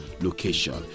location